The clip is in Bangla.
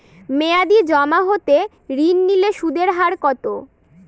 মেয়াদী জমা হতে ঋণ নিলে সুদের হার কত?